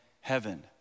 heaven